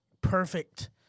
perfect